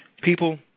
People